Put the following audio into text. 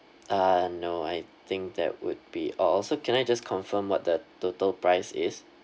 uh no I think that would be all so can I just confirm what the total price is